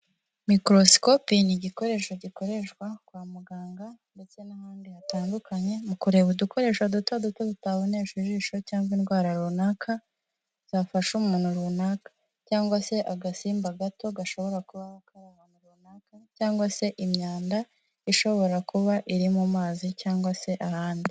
Microscope ni igikoresho gikoreshwa kwa muganga ndetse n'ahandi hatandukanye, mu kureba udukoresho duto duto tutaboneshwa ijisho cyangwa indwara runaka zafashe umuntu runaka cyangwa se agasimba gato gashobora kuba ahantu runaka cyangwa se imyanda ishobora kuba iri mu mazi cyangwa se ahandi.